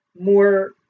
more